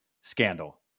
scandal